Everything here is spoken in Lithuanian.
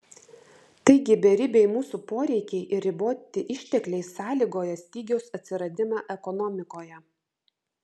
taigi beribiai mūsų poreikiai ir riboti ištekliai sąlygoja stygiaus atsiradimą ekonomikoje